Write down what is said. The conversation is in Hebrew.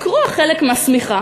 לקרוע חלק מהשמיכה,